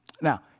Now